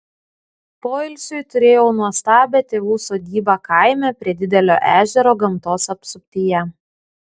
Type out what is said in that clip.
poilsiui turėjau nuostabią tėvų sodybą kaime prie didelio ežero gamtos apsuptyje